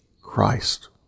Christ